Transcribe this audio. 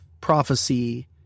prophecy